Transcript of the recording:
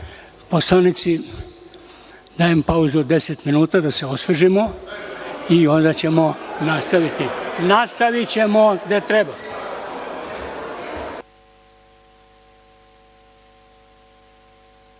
poslanici, dajem pauzu od deset minuta da se osvežimo i onda ćemo nastaviti. Nastavićemo gde treba.(Posle